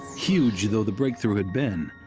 huge though the breakthrough had been,